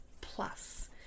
plus